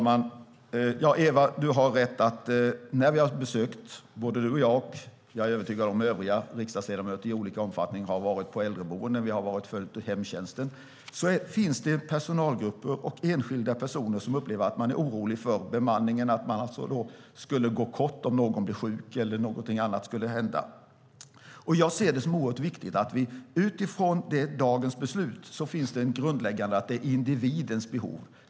Fru talman! Du har rätt, Eva. När både du och jag och, är jag övertygad om, övriga riksdagsledamöter i olika omfattning har varit på äldreboenden och i hemtjänsten finns det personalgrupper och enskilda personer som upplever en oro för bemanningen, alltså att man skulle gå kort om någon blir sjuk eller någonting annat skulle hända. Jag ser det som oerhört viktigt att det utifrån dagens beslut är grundläggande att det är individens behov som avgör.